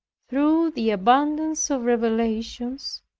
through the abundance of revelations,